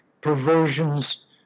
perversions